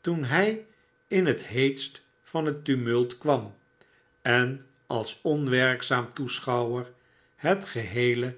toen hij in het heetst van het tumult kwam en als onwerkzaam toeschouwer het geheele